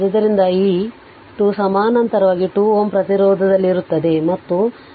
ಆದ್ದರಿಂದ ಈ 2 ಸಮಾನಾಂತರವಾಗಿ 2 Ω ಪ್ರತಿರೋಧದಲ್ಲಿರುತ್ತದೆ ಮತ್ತು 0